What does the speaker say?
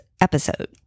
episode